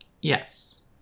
Yes